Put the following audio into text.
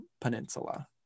peninsula